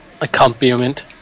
accompaniment